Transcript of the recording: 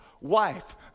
wife